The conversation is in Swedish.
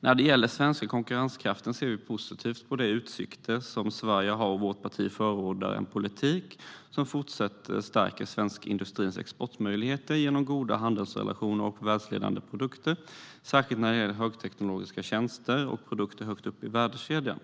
När det gäller den svenska konkurrenskraften ser vi positivt på de utsikter som Sverige har. Vårt parti förordar en politik som fortsatt stärker den svenska industrins exportmöjligheter genom goda handelsrelationer och världsledande produkter, särskilt när det gäller högteknologiska tjänster och produkter högt upp i värdekedjan.